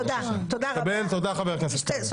תודה, חבר הכנסת קרעי, קיבלתי.